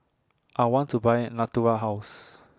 I want to Buy Natura House